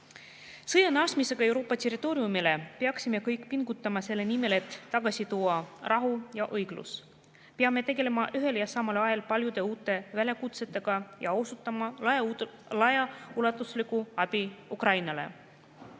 Sõja naasmisega Euroopa territooriumile peaksime kõik pingutama selle nimel, et tagasi tuua rahu ja õiglus. Peame tegelema ühel ja samal ajal paljude uute väljakutsetega ja osutama laiaulatuslikku abi Ukrainale.